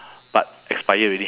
but expire already